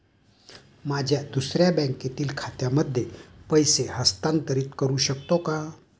माझ्या दुसऱ्या बँकेतील खात्यामध्ये पैसे हस्तांतरित करू शकतो का?